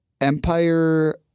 empire